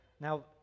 Now